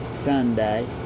Sunday